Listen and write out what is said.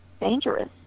dangerous